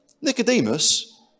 Nicodemus